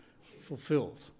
fulfilled